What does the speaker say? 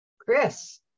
Chris